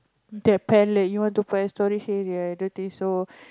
the palette you want to buy a hey i don't think so